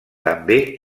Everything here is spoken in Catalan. també